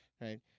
right